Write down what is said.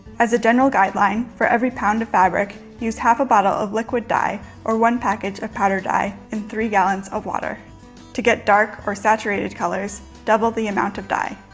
as a general guideline for every pound of fabric use half a bottle of liquid dye or one package of powdered dye in three gallons of water to get dark or saturated colors double the amount of dye.